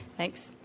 thanks.